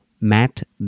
Matt